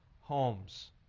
homes